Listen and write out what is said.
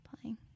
playing